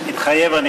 מתחייב אני